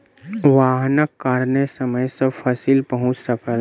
वाहनक कारणेँ समय सॅ फसिल पहुँच सकल